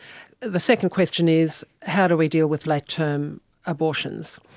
the second question is how do we deal with late term abortions.